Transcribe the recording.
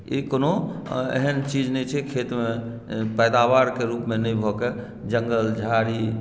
ई कोनो एहन चीज नहि छै खेतमे पैदावारकेँ रुपमे नहि भऽ कऽ जङ्गल झाड़ी